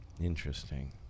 Interesting